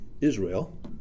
Israel